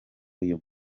uyu